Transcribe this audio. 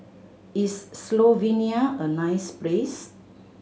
is Slovenia a nice place